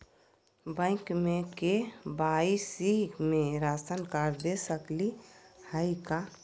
Bank में KYC में ration card दे सकली हई का?